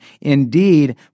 indeed